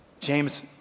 James